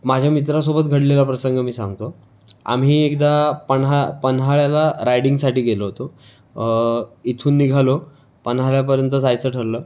माझ्या मित्रासोबत घडलेला प्रसंग मी सांगतो आम्ही एकदा पन्हा पन्हाळ्याला रायडिंगसाठी गेलो होतो इथून निघालो पन्हाळ्यापर्यंत जायचं ठरलं